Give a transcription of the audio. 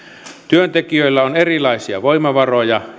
työntekijöillä on erilaisia voimavaroja